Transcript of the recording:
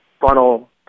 funnel